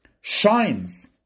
shines